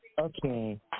Okay